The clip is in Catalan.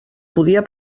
podia